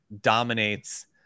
dominates